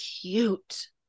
cute